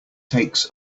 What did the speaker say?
takes